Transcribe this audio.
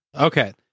Okay